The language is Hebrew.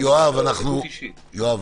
יואב, יואב.